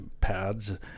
pads